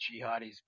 jihadis